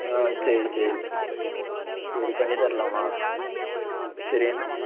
ஆ சரி சரி சரி பண்ணி தரலாமா சரி என்ன